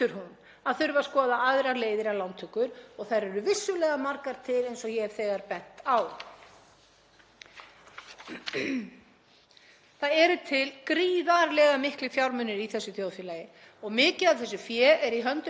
Það eru til gríðarlega miklir fjármunir í þessu þjóðfélagi og mikið af þessu fé er í höndum aðila sem hafa hagnast gríðarlega á verðbólgunni, ekki af því að þeir séu svo svakalega klárir heldur hafa þeir fengið fjármuni heimilanna til sín í bílförmum.